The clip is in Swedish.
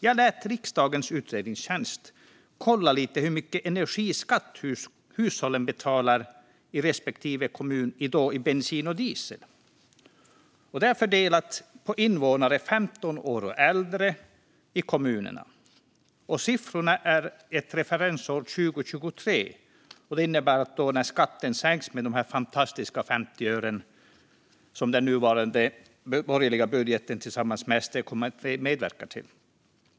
Jag lät riksdagens utredningstjänst kolla lite på hur mycket energiskatt hushållen betalar i respektive kommun och då för bensin och diesel. Det är fördelat på invånare i åldern 15 år och äldre i kommunerna. Siffrorna är för referensår 2023. Det innebär vad skatten är då när skatten sänkts med fantastiska 50 öre, som den nuvarande borgerliga budgeten tillsammans med SD kommer att medverka till.